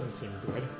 seemsgood